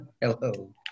Hello